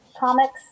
comics